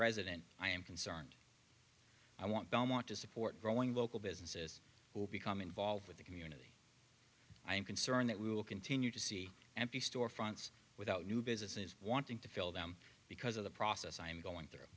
resident i am concerned i want don't want to support growing local businesses will become involved with the community i am concerned that we will continue to see empty storefronts with out new businesses wanting to fill them because of the process i am going through